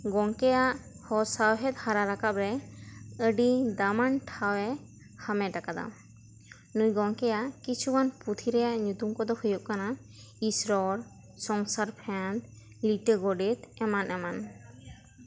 ᱜᱚᱢᱠᱮᱭᱟᱜ ᱦᱚᱸ ᱥᱟᱶᱦᱮᱫ ᱦᱟᱨᱟ ᱨᱟᱠᱟᱵ ᱨᱮ ᱟᱹᱰᱤ ᱫᱟᱢᱟᱱ ᱴᱷᱟᱶᱮ ᱦᱟᱢᱮᱴ ᱟᱠᱟᱫᱟ ᱱᱩᱭ ᱜᱚᱢᱠᱮᱭᱟᱜ ᱠᱤᱪᱷᱩ ᱜᱟᱱ ᱯᱩᱛᱷᱤ ᱨᱮᱭᱟᱜ ᱨᱮᱭᱟᱜ ᱧᱩᱛᱩᱢ ᱠᱚᱫᱚ ᱦᱩᱭᱩᱜ ᱠᱟᱱᱟ ᱤᱥᱨᱚᱲ ᱥᱚᱝᱥᱟᱨ ᱯᱷᱮᱫ ᱞᱤᱴᱟᱹ ᱜᱚᱰᱮᱛ ᱮᱢᱟᱱ ᱮᱢᱟᱱ